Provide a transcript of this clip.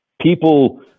people